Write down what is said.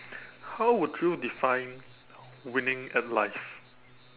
how would you define winning at life